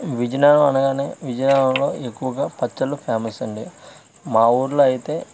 విజయనగరం అనగానే విజయనగరంలో ఎక్కువగా పచ్చళ్ళు ఫేమస్ అండి మా ఊళ్ళో అయితే